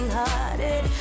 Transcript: hearted